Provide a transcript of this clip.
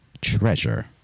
treasure